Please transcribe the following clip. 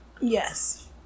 Yes